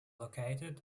located